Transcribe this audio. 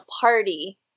party